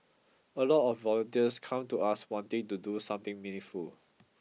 a lot of volunteers come to us wanting to do something meaningful